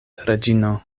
reĝino